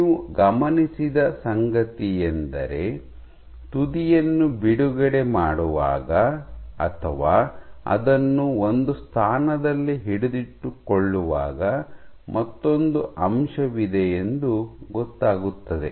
ನೀವು ಗಮನಿಸಿದ ಸಂಗತಿಯೆಂದರೆ ತುದಿಯನ್ನು ಬಿಡುಗಡೆ ಮಾಡುವಾಗ ಅಥವಾ ಅದನ್ನು ಒಂದು ಸ್ಥಾನದಲ್ಲಿ ಹಿಡಿದಿಟ್ಟುಕೊಳ್ಳುವಾಗ ಮತ್ತೊಂದು ಅಂಶವಿದೆ ಎಂದು ಗೊತ್ತಾಗುತ್ತದೆ